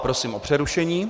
Prosím o přerušení.